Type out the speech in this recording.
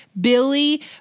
Billy